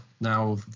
now